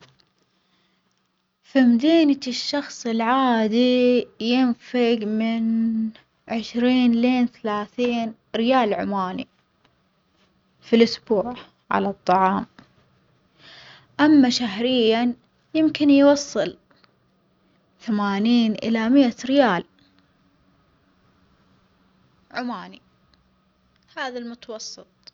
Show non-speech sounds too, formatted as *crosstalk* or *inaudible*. في مدينة الشخص العادي ينفج من *hesitation* عشرين لين ثلاثين ريال عماني في الأسبوع على الطعام، أما شهريًا ممكن يوصل ثمانين إلى مائة ريال عماني، هذا المتوسط.